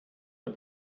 der